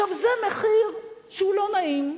עכשיו, זה מחיר שהוא לא נעים.